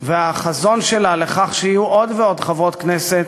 והחזון שלה על כך שיהיו עוד ועוד חברות כנסת